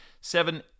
seven